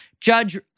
Judge